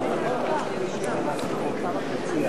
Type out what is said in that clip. כהצעת הוועדה,